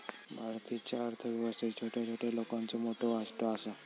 भारतीच्या अर्थ व्यवस्थेत छोट्या छोट्या लोकांचो मोठो वाटो आसा